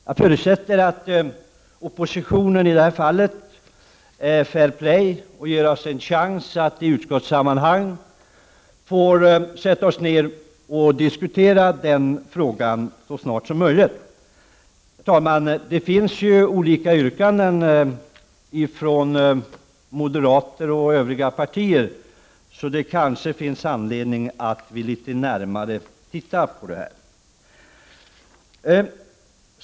Jag förutsätter att oppositionen i detta fall bedriver fair play och ger oss en chans att vi i utskottssammanhang får sätta oss ned och diskutera den frågan så snart som möjligt. Det finns olika yrkanden från moderater och övriga partier, så det kanske finns anledning att titta litet närmare på detta.